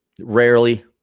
Rarely